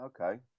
Okay